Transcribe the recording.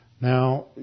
Now